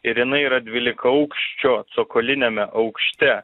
ir jinai yra dvylikaaukščio cokoliniame aukšte